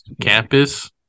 campus